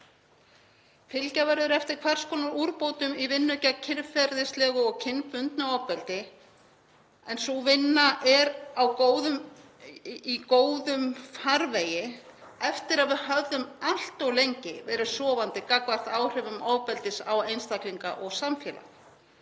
Fylgja verður eftir hvers konar úrbótum í vinnu gegn kynferðislegu og kynbundnu ofbeldi en sú vinna er í góðum farvegi eftir að við höfðum allt of lengi verið sofandi gagnvart áhrifum ofbeldis á einstaklinga og samfélag.